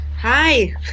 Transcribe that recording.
Hi